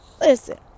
Listen